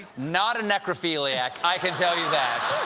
not a necrophiliac, i can tell you that.